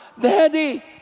Daddy